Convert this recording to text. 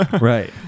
Right